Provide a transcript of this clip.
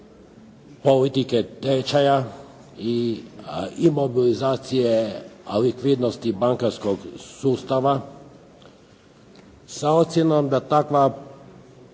politike tečaja i imobilizacije likvidnosti bankarskog sustava sa ocjenom da takva